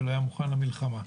ולא היה מוכן למלחמה.